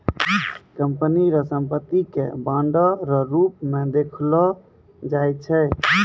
company रो संपत्ति के बांडो रो रूप मे देखलो जाय छै